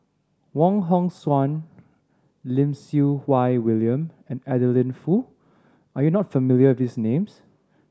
Wong Hong Suen Lim Siew Wai William and Adeline Foo are you not familiar these names